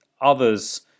others